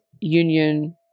union